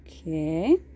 Okay